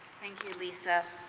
thank you, lisa.